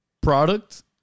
product